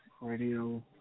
Radio